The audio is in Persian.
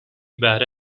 بهره